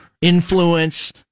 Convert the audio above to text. influence